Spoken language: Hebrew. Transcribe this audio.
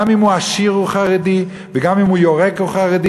גם אם הוא עשיר הוא חרדי וגם אם הוא יורק הוא חרדי.